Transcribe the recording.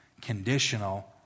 conditional